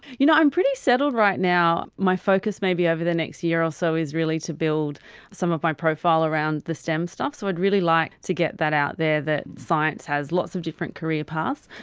you know, i'm pretty settled right now. my focus maybe over the next year or so is really to build some of my profile around the stem stuff. so i'd really like to get that out there, that science has lots of different career paths.